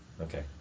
Okay